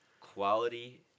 Quality